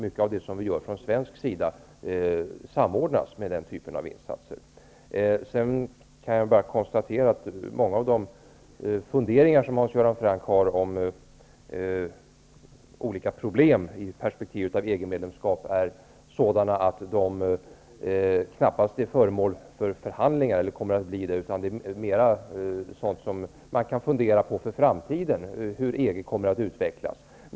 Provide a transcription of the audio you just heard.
Mycket av det som vi gör från svensk sida samordnas med den typen av insatser. Jag kan bara konstatera att många av de funderingar som Hans Göran Franck har om olika problem i perspektivet av ett EG-medlemskap är sådana att de knappast är föremål för förhandlingar eller kommer att bli det, utan det är mer fråga om sådant som man kan fundera på för framtiden -- hur EG kommer att utvecklas.